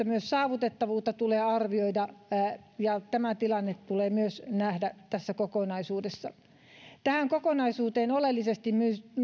myös saavutettavuutta tulee arvioida ja tämä tilanne tulee myös nähdä tässä kokonaisuudessa tähän kokonaisuuteen oleellisesti